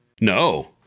No